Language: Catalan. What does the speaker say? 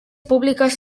públiques